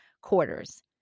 quarters